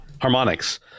harmonics